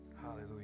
Hallelujah